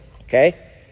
okay